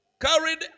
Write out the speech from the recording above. carried